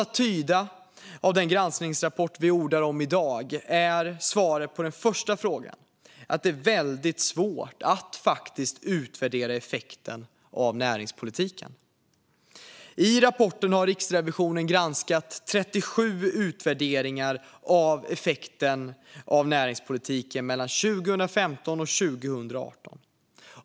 Att döma av den granskningsrapport vi ordar om i dag är svaret på den första frågan att det är väldigt svårt att faktiskt utvärdera effekten av näringspolitiken. I rapporten har Riksrevisionen granskat 37 utvärderingar av effekten av näringspolitiken mellan 2015 och 2018.